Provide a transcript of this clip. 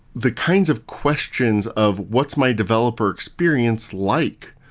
the kinds of questions of what's my developer experience like?